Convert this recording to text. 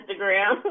Instagram